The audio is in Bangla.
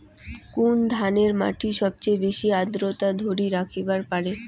কুন ধরনের মাটি সবচেয়ে বেশি আর্দ্রতা ধরি রাখিবার পারে?